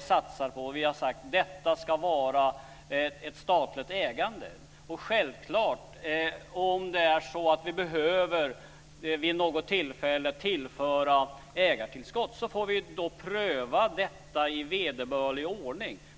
satsar på. Vi har sagt att det ska vara ett statligt ägande. Om vi vid något tillfälle behöver tillföra ägartillskott så får vi då pröva detta i vederbörlig ordning.